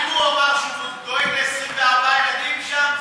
אם הוא אמר שהוא דואג ל-24 הילדים שם,